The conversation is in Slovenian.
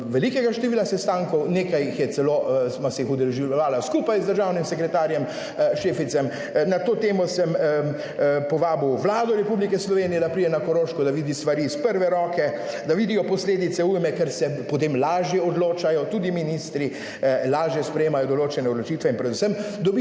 velikega števila sestankov, nekaj jih je celo, sva se jih udeleževala skupaj z državnim sekretarjem Šeficem, na to temo sem povabil Vlado Republike Slovenije, da pride na Koroško, da vidi stvari iz prve roke, da vidijo posledice ujme, ker se potem lažje odločajo, tudi ministri lažje sprejemajo določene odločitve in predvsem dobijo